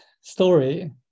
story